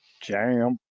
Jam